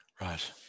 Right